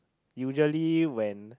usually when